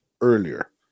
earlier